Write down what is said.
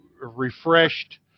refreshed